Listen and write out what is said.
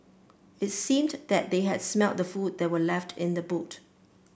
it seemed that they had smelt the food that were left in the boot